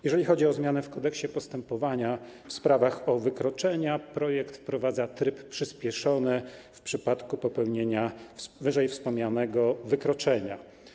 Jeżeli chodzi o zmianę w Kodeksie postępowania w sprawach o wykroczenia, w projekcie wprowadza się tryb przyspieszony w przypadku popełnienia wspomnianego wykroczenia.